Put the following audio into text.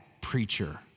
preacher